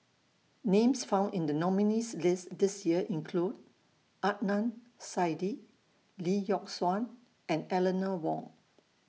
Names found in The nominees' list This Year include Adnan Saidi Lee Yock Suan and Eleanor Wong